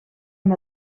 amb